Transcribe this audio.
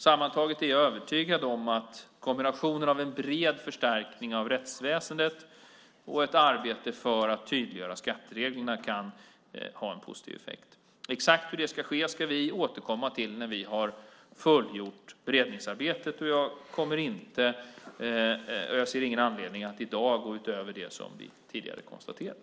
Sammantaget är jag övertygad om att kombinationen av en bred förstärkning av rättsväsendet och ett arbete för att tydliggöra skattereglerna kan ha en positiv effekt. Exakt hur det ska ske ska vi återkomma till när vi har fullgjort beredningsarbetet. Jag ser ingen anledning att i dag gå utöver det som vi tidigare har konstaterat.